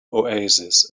oasis